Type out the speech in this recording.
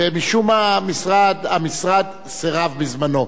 ומשום מה המשרד סירב בזמנו.